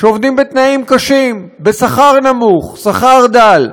שעובדים בתנאים קשים, בשכר נמוך, שכר דל.